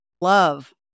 love